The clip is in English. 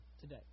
today